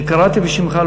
אני קראתי בשמך.